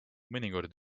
mõnikord